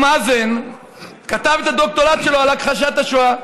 מאזן כתב את הדוקטורט שלו על הכחשת השואה.